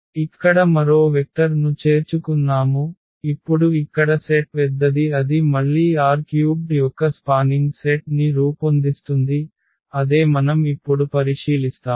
ఇక్కడ మరో వెక్టర్ ను చేర్చుకున్నాము ఇప్పుడు ఇక్కడ సెట్ పెద్దది అది మళ్ళీ R³ యొక్క స్పానింగ్ సెట్ ని రూపొందిస్తుంది అదే మనం ఇప్పుడు పరిశీలిస్తాము